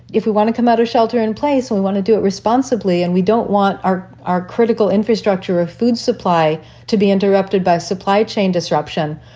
if we want to come out of shelter in place, we want to do it responsibly. and we don't want our our critical infrastructure of food supply to be interrupted by supply chain disruption,